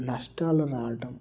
నష్టాలు రావటం